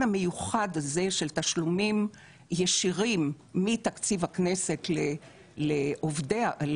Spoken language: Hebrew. המיוחד הזה של תשלומים ישירים מתקציב הכנסת לעובדי